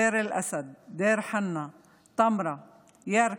דיר אל-אסד, דיר חנא, טמרה, ירכא,